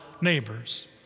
neighbors